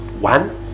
one